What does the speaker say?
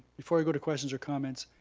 before i go to questions or comments,